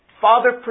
Father